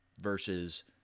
versus